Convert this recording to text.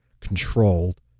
controlled